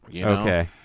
Okay